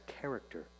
character